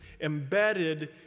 embedded